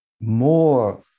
more